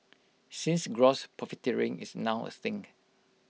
since gross profiteering is now A thing